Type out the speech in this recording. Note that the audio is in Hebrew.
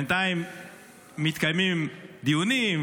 בינתיים מתקיימים דיונים,